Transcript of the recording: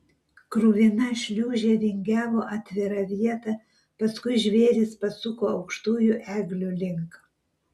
kruvina šliūžė vingiavo atvira vieta paskui žvėris pasuko aukštųjų eglių link